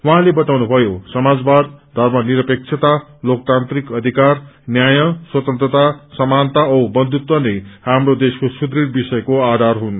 उहाँले बताउनुभयो समाजवाद थर्म निरपेक्षता लोकतान्त्रिक अष्क्रिर न्याय स्वतन्त्रता समानाता औ बन्युत्व नै हाम्रो देशको सुदृढ विषयहरूको आधार हुन